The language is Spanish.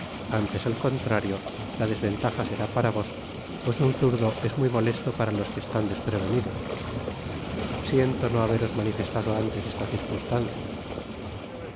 antes al contrario la desventaja será para vos pues un zurdo es muy molesto para los que están desprevenidos siento no haberos manifestado antes esta circunstancia